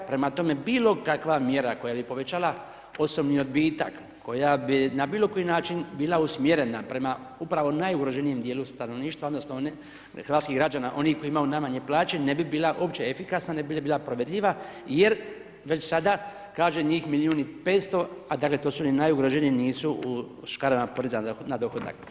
Prema tome, bilo kakva mjera koja bi povećala osobni odbitak, koja bi na bilo koji način bila usmjerena prema upravo najugroženijem dijelu stanovništva, odnosno onih, hrvatskih građana onih koji imaju najmanje plaće, ne bi bila uopće efikasna, ne bi bila provediva jer već sada kaže njih milijun i 500 a dakle to su oni najugroženiji, nisu u škarama poreza na dohodak.